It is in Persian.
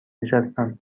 نشستم